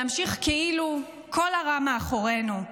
להמשיך כאילו כל הרע מכל מאחורינו,